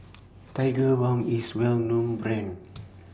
Tigerbalm IS A Well known Brand